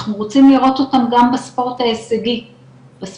אנחנו רוצים לראות אותם גם בספורט ההישגי שלנו,